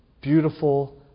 beautiful